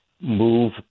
move